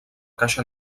caixa